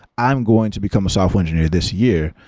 i'm going to become a software engineer this year.